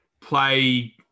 play